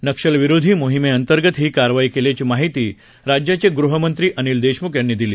नक्षलविरोधी मोहिमेअंतर्गत ही कारवाई केल्याची माहिती राज्याचे गृहमंत्री अनिल देशमुख यांनी दिली